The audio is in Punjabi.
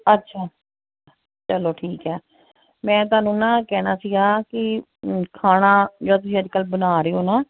ਅੱਛਾ ਚਲੋ ਠੀਕ ਆ ਮੈਂ ਤੁਹਾਨੂੰ ਨਾ ਕਹਿਣਾ ਸੀਗਾ ਕਿ ਖਾਣਾ ਜਿਹੜਾ ਤੁਸੀਂ ਅੱਜ ਕੱਲ੍ਹ ਬਣਾ ਰਹੇ ਹੋ ਨਾ